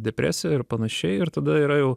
depresija ir panašiai ir tada yra jau